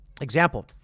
Example